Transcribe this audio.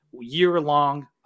year-long